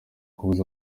kubuza